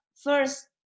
first